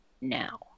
now